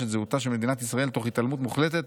את זהותה של מדינת ישראל תוך התעלמות מוחלטת